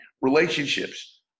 relationships